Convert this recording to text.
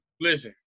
Listen